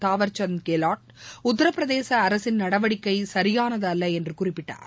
தாவா்சந்த் கெலாட் உத்தரட்பிரதேச அரசின் நடவடிக்கை சியானது அல்ல என்று குறிப்பிட்டார்